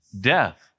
death